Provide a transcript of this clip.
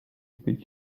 być